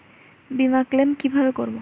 বিমা ক্লেম কিভাবে করব?